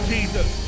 Jesus